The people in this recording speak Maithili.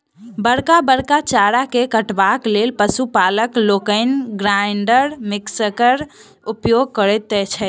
बड़का बड़का चारा के काटबाक लेल पशु पालक लोकनि ग्राइंडर मिक्सरक उपयोग करैत छथि